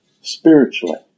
spiritually